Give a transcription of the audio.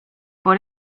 por